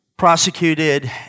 prosecuted